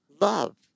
love